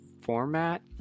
format